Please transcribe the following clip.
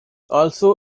also